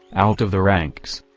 out of the ranks.